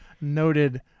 noted